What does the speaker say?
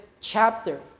chapter